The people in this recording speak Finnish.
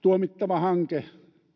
tuomittava hanke